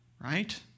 right